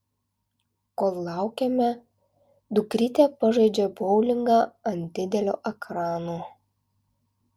kol laukiame dukrytė pažaidžia boulingą ant didelio ekrano